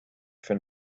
for